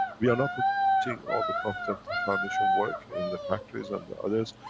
we are not putting all the profit of the the foundation work in the factories and the others,